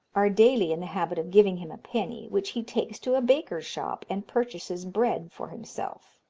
are daily in the habit of giving him a penny, which he takes to a baker's shop and purchases bread for himself.